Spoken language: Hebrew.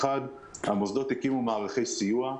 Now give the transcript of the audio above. אחד, המוסדות הכינו מערכי סיוע.